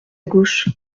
gauche